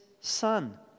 son